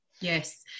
Yes